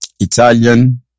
italian